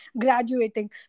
graduating